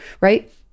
right